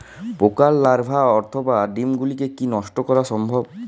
পোকার লার্ভা অথবা ডিম গুলিকে কী নষ্ট করা সম্ভব?